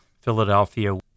Philadelphia